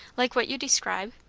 like what you describe?